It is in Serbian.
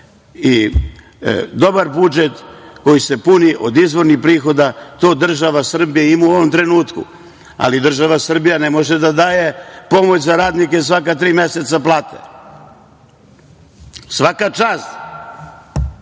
i dobar budžet koji se puni od izvornih prihoda. To država Srbija ima u ovom trenutku, ali država Srbija ne može da daje pomoć za radnike svaka tri meseca plate. Svaka čast